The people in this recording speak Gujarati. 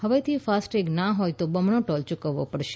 હવેથી ફાસ્ટેગ ના હોય તો બમણો ટોલ યુકવવા પડશે